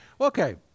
Okay